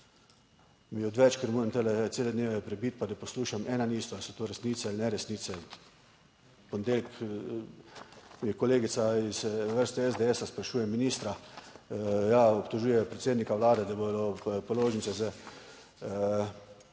mi je odveč, ker moram tu cele dneve prebiti, pa da poslušam eno in isto, ali so to resnice ali ne resnice. V ponedeljek je kolegica iz vrste SDS, sprašuje ministra, obtožuje predsednika Vlade, da bodo položnice za